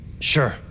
Sure